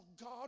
God